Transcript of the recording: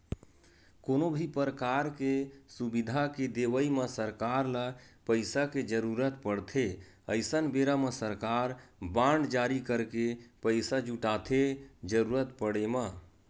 कोनो भी परकार के सुबिधा के देवई म सरकार ल पइसा के जरुरत पड़थे अइसन बेरा म सरकार बांड जारी करके पइसा जुटाथे जरुरत पड़े म